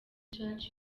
church